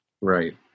right